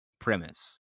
premise